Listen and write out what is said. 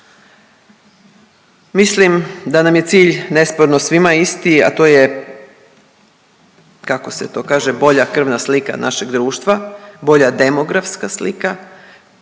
Mislim da nam je cilj nesporno svima isti a to je kako se to kaže bolja krvna slika našeg društva, bolja demografska slika